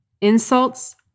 insults